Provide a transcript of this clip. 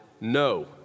no